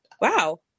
Wow